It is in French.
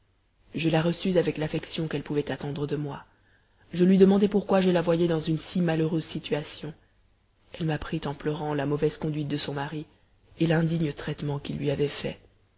je la reçus avec l'affection qu'elle pouvait attendre de moi je lui demandai pourquoi je la voyais dans une si malheureuse situation elle m'apprit en pleurant la mauvaise conduite de son mari et l'indigne traitement qu'il lui avait fait